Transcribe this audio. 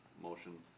motion